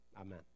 Amen